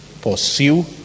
pursue